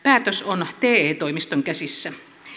päätös on te toimiston käsissä